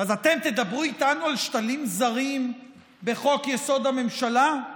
אז אתם תדברו איתנו על שתלים זרים בחוק-יסוד: הממשלה?